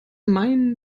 meinen